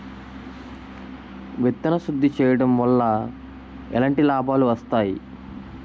విత్తన శుద్ధి చేయడం వల్ల ఎలాంటి లాభాలు వస్తాయి?